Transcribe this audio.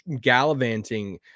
gallivanting